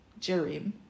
Jerim